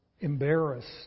embarrassed